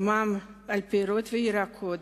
מע"מ על פירות וירקות,